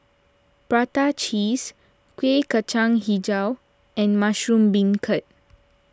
Prata Cheese Kueh Kacang HiJau and Mushroom Beancurd